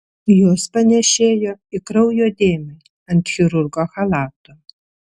jos panėšėjo į kraujo dėmę ant chirurgo chalato